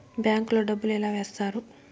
bank లో డబ్బులు ఎలా వేస్తారు